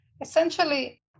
Essentially